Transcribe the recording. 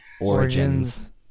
origins